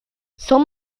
son